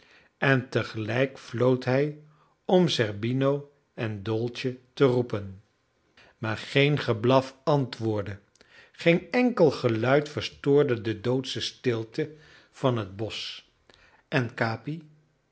en tegelijk floot hij om zerbino en dolce te roepen maar geen geblaf antwoordde geen enkel geluid verstoorde de doodsche stilte van het bosch en capi